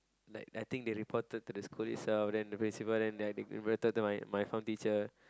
like I think they reported to the school itself and the principal reverted to my form teacher